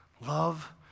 Love